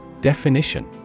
Definition